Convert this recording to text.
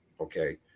okay